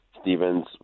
Stevens